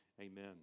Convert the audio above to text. Amen